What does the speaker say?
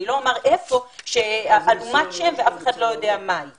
אני לא אנקוב בשמות שאף אחד לא יודע היכן היא.